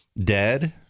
dead